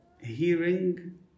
hearing